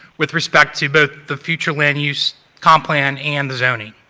with respect to both the future land use con-plan and the zoning.